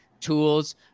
tools